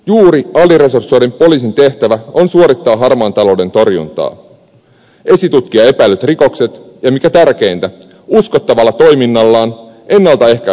toiseksi juuri aliresursoidun poliisin tehtävä on suorittaa harmaan talouden torjuntaa esitutkia epäillyt rikokset ja mikä tärkeintä uskottavalla toiminnallaan ennalta ehkäistä talousrikollisuutta